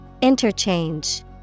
Interchange